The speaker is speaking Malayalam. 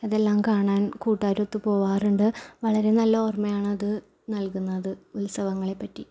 അതെല്ലാം കാണാൻ കൂട്ടാരൊത്ത് പോവാറുണ്ട് വളരെ നല്ല ഓർമയാണത് നൽകുന്നത് ഉൽത്സവങ്ങളെപ്പറ്റി